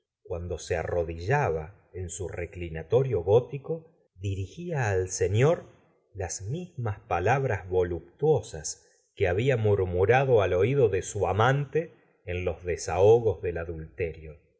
cuando se arrodillaba en su re clinatorio gótieo dirigía al señor las mismas palabras voluptuosas que babia murmurado a l oído de sn amante en los desahogos del adulterio